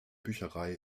bücherei